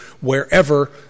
wherever